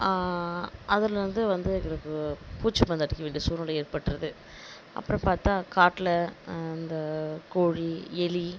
அதிலருந்து வந்து எங்களுக்கு பூச்சி மருந்து அடிக்க வேண்டிய சூழ்நிலை ஏற்பட்டிருது அப்புறம் பார்த்தா காட்டில் அந்த கோழி எலி